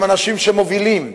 הם אנשים שמובילים.